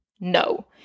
no